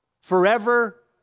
forever